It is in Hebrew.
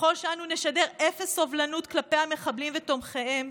ככל שאנו נשדר אפס סובלנות כלפי המחבלים ותומכיהם,